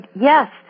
yes